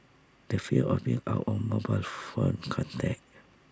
the fear of being out of mobile phone contact